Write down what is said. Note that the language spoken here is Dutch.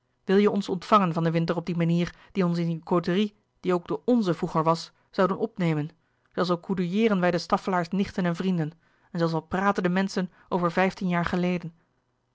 wil je ons ontvangen van den winter op die manier die ons in je côterie die ook de onze vroeger was zoû doen opnemen zelfs al coudoyeeren wij de staffelaers nichten en vrienden en zelfs al praten de menschen over vijftien jaar geleden